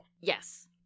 Yes